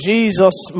Jesus